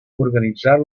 organitzar